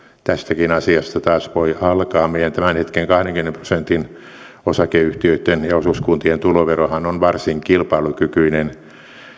tästäkin asiasta taas voi alkaa meillä tämän hetken kahdenkymmenen prosentin osakeyhtiöitten ja osuuskuntien tuloverohan on varsin kilpailukykyinen